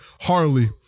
Harley